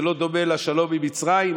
זה לא דומה לשלום עם מצרים.